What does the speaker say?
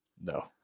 no